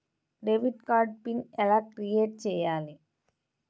Debit card PIN ఎలా create చెయ్యాలి?